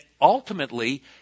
ultimately